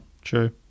true